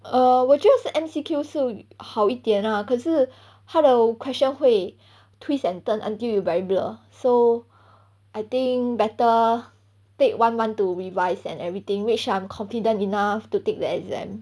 err 我觉得是 M_C_Q 是好一点 lah 可是他的 question 会 twist and turn until you very blur so I think better take one month to revise and everything make sure I'm confident enough to take the exam